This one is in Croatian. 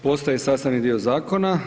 Postaje sastavni dio zakona.